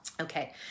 okay